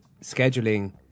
scheduling